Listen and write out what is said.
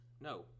No